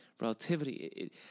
relativity